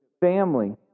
family